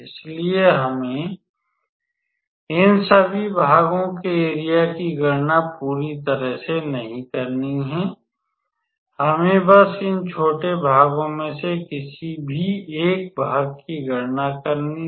इसलिए हमें इन सभी भागों के एरिया की गणना पूरी तरह से नहीं करनी है हमें बस इन छोटे भागों में से किसी भी एक भाग की गणना करनी है